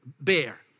bear